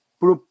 pro